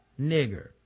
nigger